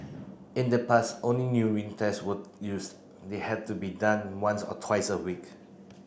in the past only urine tests were used they had to be done once or twice a week